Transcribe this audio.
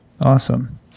Awesome